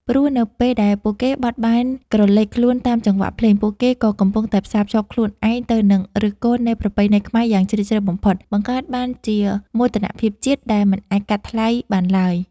ព្រោះនៅពេលដែលពួកគេបត់បែនក្រឡេកខ្លួនតាមចង្វាក់ភ្លេង ពួកគេក៏កំពុងតែផ្សារភ្ជាប់ខ្លួនឯងទៅនឹងឫសគល់នៃប្រពៃណីខ្មែរយ៉ាងជ្រាលជ្រៅបំផុត បង្កើតបានជាមោទនភាពជាតិដែលមិនអាចកាត់ថ្លៃបានឡើយ។